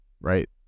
right